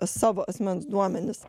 savo asmens duomenis